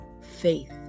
faith